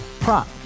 Prop